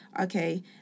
okay